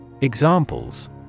Examples